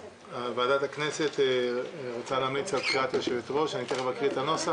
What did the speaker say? ועדת הכנסת רוצה להמליץ על בחירת יושבת-ראש קבועה לוועדה לפניות הציבור.